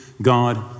God